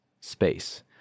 space